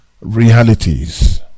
realities